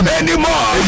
anymore